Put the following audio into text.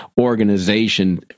organization